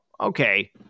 okay